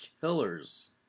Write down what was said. killers